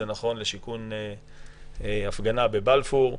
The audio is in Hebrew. זה נכון להפגנה בבלפור,